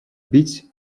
бить